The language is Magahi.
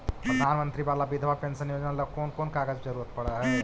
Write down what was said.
प्रधानमंत्री बाला बिधवा पेंसन योजना ल कोन कोन कागज के जरुरत पड़ है?